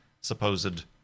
supposed